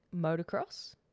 motocross